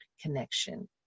connection